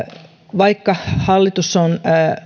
vaikka hallitus on